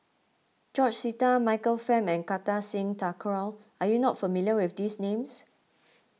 George Sita Michael Fam and Kartar Singh Thakral are you not familiar with these names